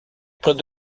près